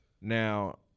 Now